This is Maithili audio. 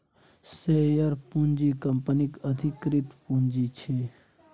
शेयर पूँजी कंपनीक अधिकृत पुंजी छै